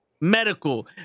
medical